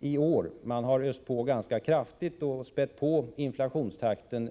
i år. Regeringen har ”öst på” ganska kraftigt på höstkanten och ökat inflationstakten.